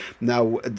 Now